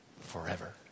Forever